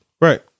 right